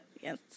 Yes